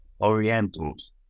orientals